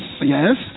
yes